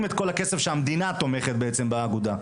את כל הכסף שהמדינה תומכת בעצם באגודה.